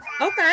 Okay